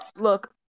Look